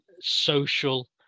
social